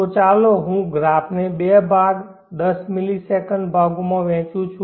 તો ચાલો હું ગ્રાફને બે ભાગ દસ મિલિસેકન્ડ ભાગોમાં વહેંચું છું